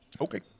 Okay